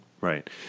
Right